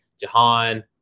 Jahan